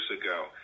ago